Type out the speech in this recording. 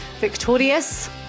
victorious